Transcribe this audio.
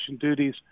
duties